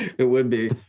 it would be.